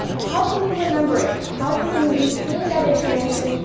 how can you remember it? how can you retain that information,